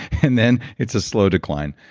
and then it's a slow decline.